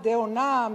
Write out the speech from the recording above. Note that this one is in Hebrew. מדי עונה,